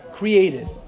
Created